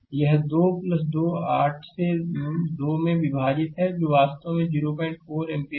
यह 2 2 8 से 2 में विभाजित है जो वास्तव में 04 एम्पीयर है